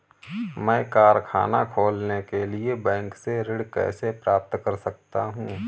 मैं कारखाना खोलने के लिए बैंक से ऋण कैसे प्राप्त कर सकता हूँ?